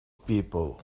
people